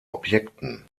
objekten